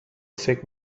فکر